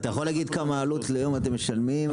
אתה יכול להגיד כמה עלות ליום אתם משלמים?